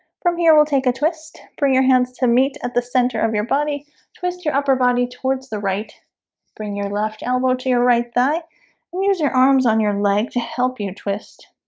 from here we'll take a twist. bring your hands to meet at the center of your body twist your upper body towards the right bring your left elbow to your right thigh and use your arms on your leg to help you twist